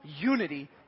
unity